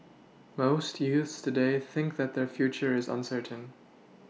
most youths today thinks that their future is uncertain